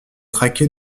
traqué